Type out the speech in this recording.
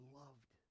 loved